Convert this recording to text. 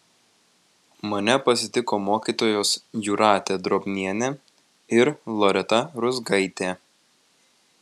mane pasitiko mokytojos jūratė drobnienė ir loreta ruzgaitė